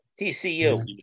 TCU